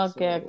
Okay